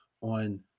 on